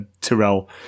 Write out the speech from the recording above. Tyrell